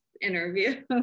interview